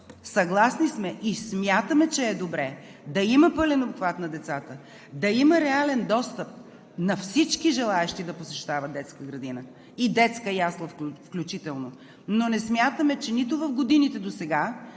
съгласни сме и смятаме, че е добре да има пълен обхват на децата, да има реален достъп на всички желаещи да посещават детска градина и детска ясла, включително, но не смятаме, че нито в годините досега,